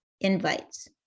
invites